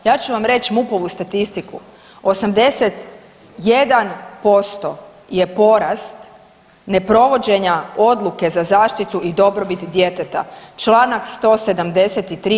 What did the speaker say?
Ja ću vam reći MUP-ovu statistiku 81% je porast neprovođenja odluke za zaštitu i dobrobit djeteta, Članak 173.